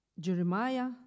Jeremiah